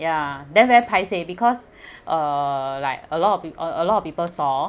ya then very paiseh because uh like a lot of people a lot of people saw